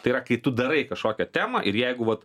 tai yra kai tu darai kažkokią temą ir jeigu vat